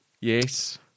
Yes